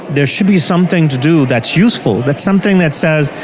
there should be something to do that's useful, that something that says,